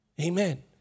Amen